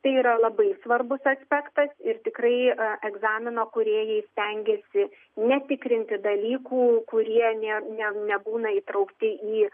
tai yra labai svarbus aspektas ir tikrai egzamino kūrėjai stengiasi netikrinti dalykų kurie ne ne nebūna įtraukti į